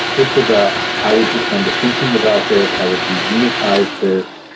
it's about how would you come to thinking about this, how would you unitize this?